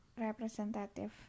representative